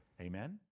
Amen